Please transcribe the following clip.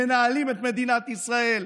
מנהלים את מדינת ישראל,